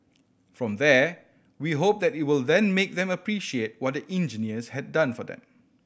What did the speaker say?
from there we hope that it will then make them appreciate what the engineers have done for them